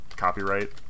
Copyright